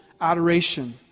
Adoration